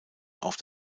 auf